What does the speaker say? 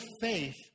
faith